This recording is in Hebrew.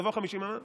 גובהו 50 אמה,